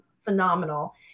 phenomenal